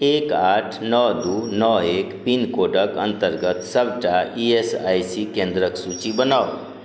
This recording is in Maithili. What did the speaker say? एक आठ नओ दुइ नओ एक पिनकोडके अन्तर्गत सबटा ई एस आइ सी केन्द्रके सूचि बनाउ